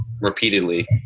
repeatedly